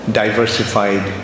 diversified